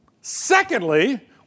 Secondly